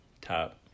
Top